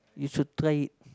you should try it